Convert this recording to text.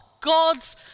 God's